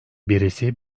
birisi